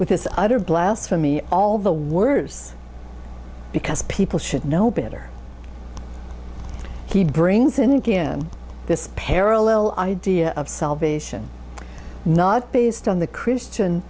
with this other blasphemy all the worse because people should know better he brings in again this parallel idea of salvation not based on the christian